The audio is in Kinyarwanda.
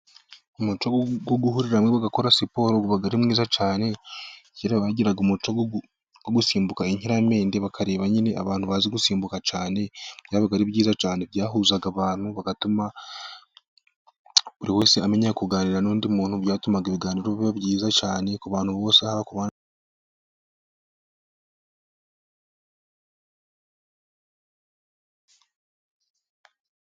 Umuco wo guhura abantu bagakora siporo uba ari mwiza cyane, bagira umuco wo gusimbuka nk'urukiramende, bakareba nyine abantu bazi gusimbuka cyane, byaba ari byiza cyane, byahuza abantu bigatuma buri wese amenya kuganira n'undi muntu, byatumaga ibiganiro biba byiza cyane ku bantu bose aho.